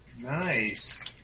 Nice